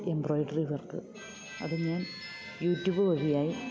embroidery work അത് ഞാൻ YouTube വഴിയായി